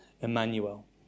Emmanuel